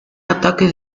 ataque